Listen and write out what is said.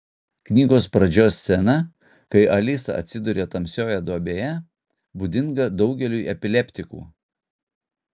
knygos pradžios scena kai alisa atsiduria tamsioje duobėje būdinga daugeliui epileptikų